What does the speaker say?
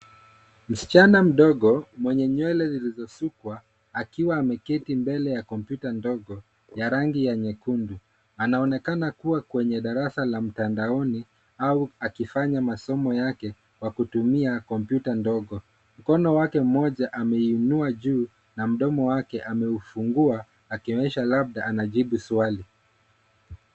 Msichana mdogo mwenye nywele zilizosukwa akiwa ameketi mbele ya kompyuta ndogo ya rangi ya nyekundu. Anaonekana kuwa kwenye darasa la mtandaoni au akifanya masomo yake kwa kutumia kompyuta ndogo. Mkono wake mmoja ameinua juu na mdomo wake amefungua akionyesha labda anajibu swali.